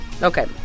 Okay